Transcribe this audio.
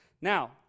Now